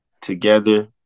together